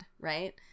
right